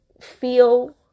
feel